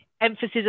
emphasis